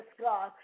God